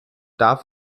darf